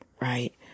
right